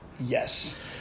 yes